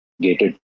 gated